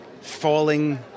falling